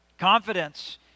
Confidence